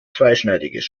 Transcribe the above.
zweischneidiges